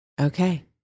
Okay